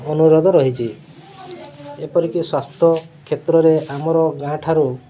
ଅନୁରୋଧ ରହିଛି ଏପରିକି ସ୍ୱାସ୍ଥ୍ୟ କ୍ଷେତ୍ରରେ ଆମର ଗାଁଠାରୁ